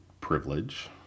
privilege